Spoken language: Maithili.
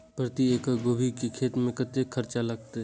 प्रति एकड़ गोभी के खेत में कतेक खर्चा लगते?